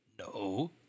No